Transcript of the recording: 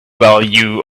value